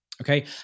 okay